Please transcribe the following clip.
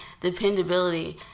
dependability